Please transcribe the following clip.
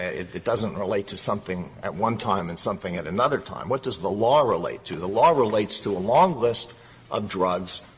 it it doesn't relate to something at one time and something at another time. what does the law relate to? the law relates to a long list of drugs.